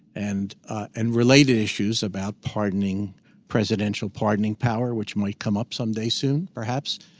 and and related issues about pardoning presidential pardoning power, which might come up someday soon, perhaps,